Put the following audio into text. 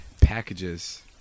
packages